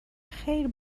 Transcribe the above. خیر